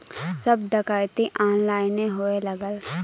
सब डकैती ऑनलाइने होए लगल